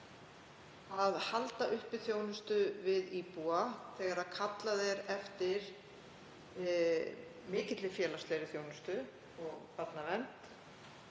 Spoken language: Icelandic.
að halda uppi þjónustu við íbúa þegar kallað er eftir mikilli félagslegri þjónustu og barnavernd